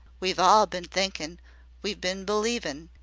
we've all been thinkin we've been believin',